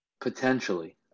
Potentially